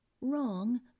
wrong